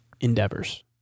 endeavors